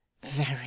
Very